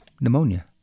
pneumonia